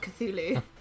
Cthulhu